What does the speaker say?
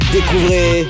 Découvrez